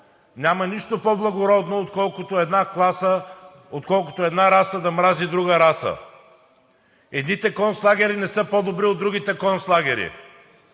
няма нищо по-благородно, отколкото една раса да мрази друга раса. Едните концлагери не са по-добри от другите концлагери.